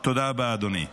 תודה רבה, אדוני.